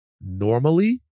normally